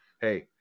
hey